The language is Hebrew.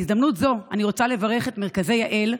בהזדמנות זו אני רוצה לברך את מרכזי יה"ל,